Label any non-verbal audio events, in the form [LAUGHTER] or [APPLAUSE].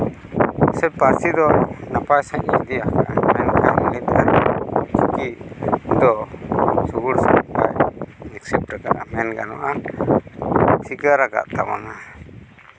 ᱥᱮ ᱯᱟᱹᱨᱥᱤ ᱫᱚ ᱱᱟᱯᱟᱭ ᱥᱟᱺᱦᱤᱡ ᱜᱮ [UNINTELLIGIBLE] ᱢᱮᱱᱠᱷᱟᱱ ᱪᱤᱠᱤ ᱥᱩᱜᱩᱲ ᱥᱟᱺᱦᱤᱡ [UNINTELLIGIBLE] ᱢᱮᱱ ᱜᱟᱱᱚᱜᱼᱟ ᱥᱤᱠᱟᱹᱨ ᱟᱠᱟᱫ ᱛᱟᱵᱚᱱᱟᱭ